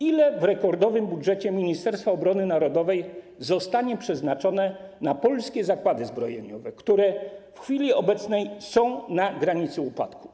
Ile w rekordowym budżecie Ministerstwa Obrony Narodowej zostanie przeznaczone na polskie zakłady zbrojeniowe, które w chwili obecnej są na granicy upadku?